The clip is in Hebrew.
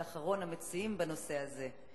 אתה אחרון המציעים בנושא הזה.